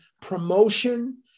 promotion